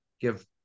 give